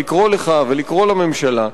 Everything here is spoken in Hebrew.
לקרוא לך ולקרוא לממשלה,